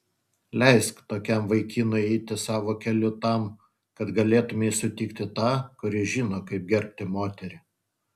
leisk tokiam vaikinui eiti savo keliu tam kad galėtumei sutikti tą kuris žino kaip gerbti moterį